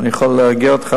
ואני יכול להרגיע אותך,